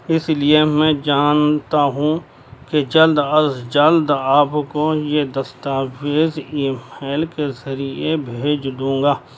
اس لیے میں جانتا ہوں کہ جلد از جلد آپ کو یہ دستاویز ای میل کے ذریعے بھیج دوں گا